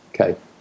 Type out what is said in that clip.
okay